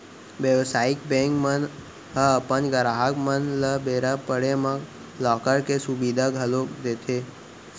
बेवसायिक बेंक मन ह अपन गराहक मन ल बेरा पड़े म लॉकर के सुबिधा घलौ देथे